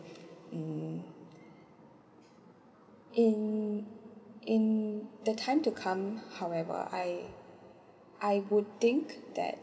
mm in in the time to come however I I would think that